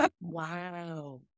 Wow